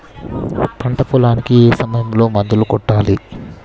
పంట పొలానికి ఏ సమయంలో మందులు కొట్టాలి?